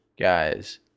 guys